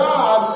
God